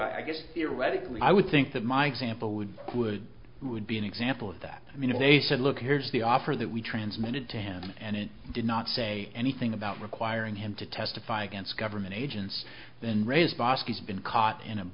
issue i guess theoretically i would think that my example would would would be an example of that i mean if they said look here's the offer that we transmitted to him and it did not say anything about requiring him to testify against government agents then raised boss has been caught in a